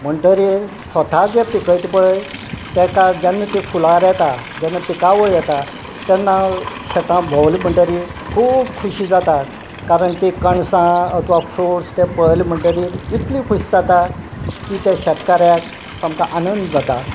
म्हणटरीर स्वता जें पिकयता पळय तेका जेन्ना ती फुलार येता जेन्ना पिकावळ येता तेन्ना शेतां भोंवली म्हणटरी खूब खुशी जाता कारण ती कणसां अथवा फ्रूट्स ते पळयलें म्हणटरीर इतली खुशी जाता की त्या शेतकाऱ्याक सामको आनंद जाता